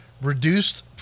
Reduced